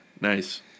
Nice